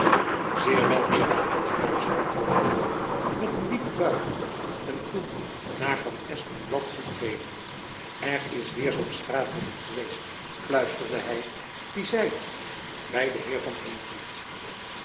zeer wel heer raadpensionaris antwoordde de bode met een diepe buiging en toen naar van espenblad toetredende er is weêr zoo'n straatjongen geweest fluisterde hy die zeide by den heer van heenvliet